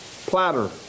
platter